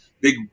big